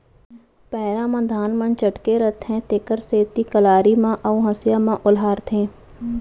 पैरा म धान मन चटके रथें तेकर सेती कलारी म अउ हँसिया म ओलहारथें